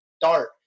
dart